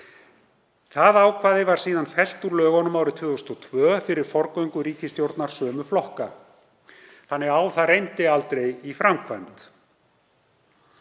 Það ákvæði var síðar fellt úr lögum árið 2002 fyrir forgöngu ríkisstjórnar sömu flokka, þannig á það reyndi aldrei í framkvæmd.